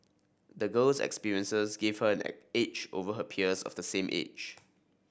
the girl's experiences gave her an edge over her peers of the same age